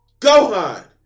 Gohan